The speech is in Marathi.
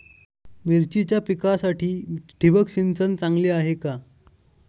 मिरचीच्या पिकासाठी ठिबक सिंचन चांगले आहे का?